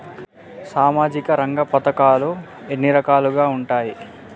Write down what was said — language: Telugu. సామాజిక రంగ పథకాలు ఎన్ని రకాలుగా ఉంటాయి?